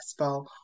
Expo